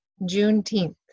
Juneteenth